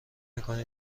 میکنی